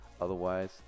Otherwise